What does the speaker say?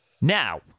Now